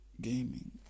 gaming